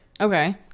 Okay